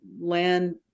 land